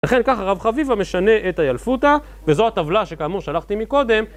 לכן ככה רב חביבה משנה את הילפוטה, וזו הטבלה שכאמור שלחתי מקודם